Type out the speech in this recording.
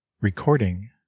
Recording